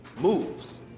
moves